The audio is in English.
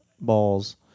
balls